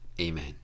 amen